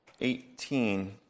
eighteen